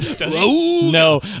No